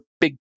big